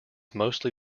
mostly